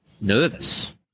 nervous